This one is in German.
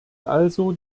also